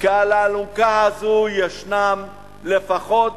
כי על האלונקה הזו ישנם לפחות